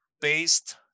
based